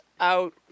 out